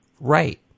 right